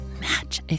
match